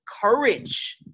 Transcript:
courage